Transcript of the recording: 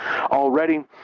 already